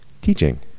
teaching